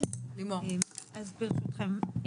אז ברשותכם,